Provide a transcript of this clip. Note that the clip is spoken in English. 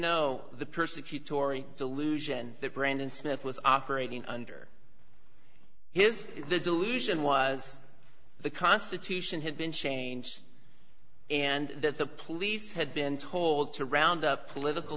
know the persecute tory delusion that brandon smith was operating under his delusion was the constitution had been changed and that the police had been told to round up political